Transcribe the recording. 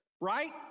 Right